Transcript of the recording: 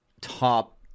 top